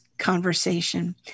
conversation